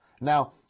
Now